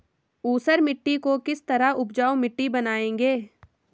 ऊसर मिट्टी को किस तरह उपजाऊ मिट्टी बनाएंगे?